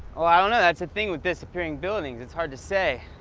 well, i dunno. that's the thing with disappearing buildings, it's hard to say.